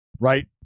right